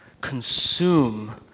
consume